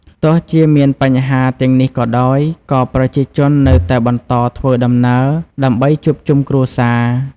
ទោះជាមានបញ្ហាទាំងនេះក៏ដោយ ក៏ប្រជាជននៅតែបន្តធ្វើដំណើរ ដើម្បីជួបជុំគ្រួសារ។